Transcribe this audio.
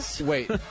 Wait